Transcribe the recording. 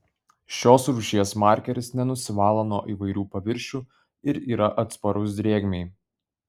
šios rūšies markeris nenusivalo nuo įvairių paviršių ir yra atsparus drėgmei